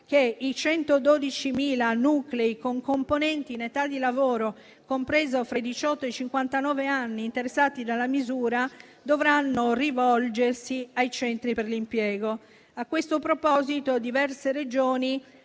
che i 112.000 nuclei con componenti in età di lavoro compresa fra i diciotto e i cinquantanove anni interessati dalla misura dovranno rivolgersi ai centri per l'impiego. A questo proposito, diverse Regioni